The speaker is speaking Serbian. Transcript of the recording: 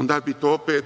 onda bi to opet